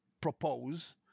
propose